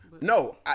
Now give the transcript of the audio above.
No